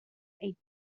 eight